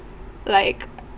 like